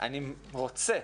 אני רוצה,